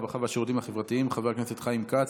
והרווחה והשירותים החברתיים חבר הכנסת חיים כץ,